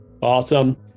Awesome